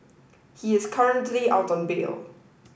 he is currently out on bail